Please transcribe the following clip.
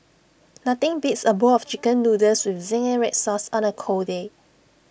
nothing beats A bowl of Chicken Noodles with Zingy Red Sauce on A cold day